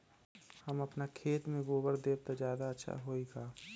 हम अपना खेत में गोबर देब त ज्यादा अच्छा होई का?